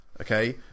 okay